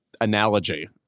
analogy